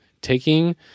taking